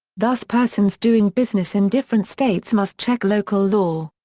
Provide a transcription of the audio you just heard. thus persons doing business in different states must check local law.